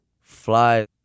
fly